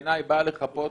שבעיני באה לחפות